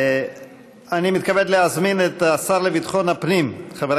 אני מתכבד להזמין את השר לביטחון הפנים חבר